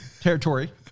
territory